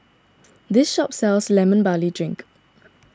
this shop sells Lemon Barley Drink